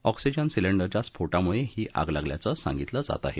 oxygen सिलेंडरच्या स्फोटामुळे ही आग लागल्याचं सांगितलं जात आहे